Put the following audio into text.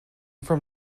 from